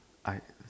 I